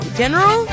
general